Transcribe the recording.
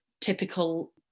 typical